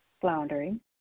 floundering